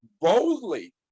boldly